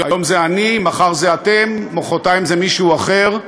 היום זה אני, מחר זה אתם, מחרתיים זה מישהו אחר.